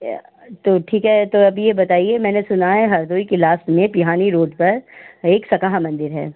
या तो ठीक है तो अब यह बताइए मैंने सुना है हरदोई की लास्ट में बिहानी रोड पर एक सकहा मन्दिर है